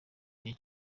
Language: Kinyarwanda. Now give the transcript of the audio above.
gihe